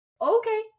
okay